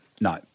No